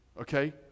okay